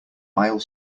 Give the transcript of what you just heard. aisle